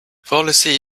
policy